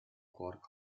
cork